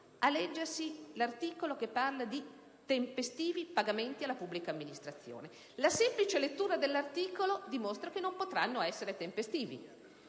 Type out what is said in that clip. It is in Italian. esaminare l'articolo che parla di tempestivi pagamenti alla pubblica amministrazione. La semplice lettura dell'articolo dimostra che essi non potranno essere tempestivi.